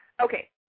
Okay